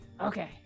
Okay